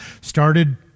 started